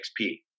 XP